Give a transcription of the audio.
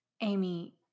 Amy